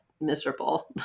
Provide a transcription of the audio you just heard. miserable